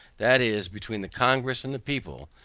that is, between the congress and the people,